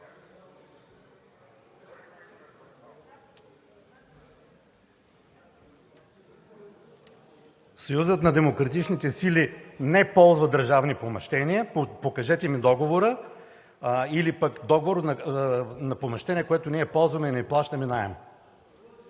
Съюзът на демократичните сили не ползва държавни помещения – покажете ми договора, или пък договора на помещение, което ние ползваме и не плащаме наем.